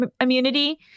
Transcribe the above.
immunity